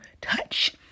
touch